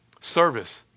Service